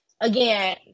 again